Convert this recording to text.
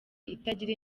itagira